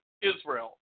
Israel